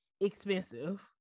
expensive